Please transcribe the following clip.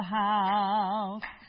house